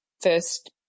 first